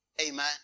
Amen